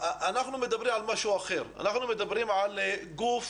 אנחנו מדברים על משהו אחר: אנחנו מדברים על גוף